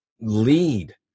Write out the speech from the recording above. lead